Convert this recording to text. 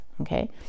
Okay